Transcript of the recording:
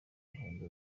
gahunda